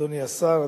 אדוני השר,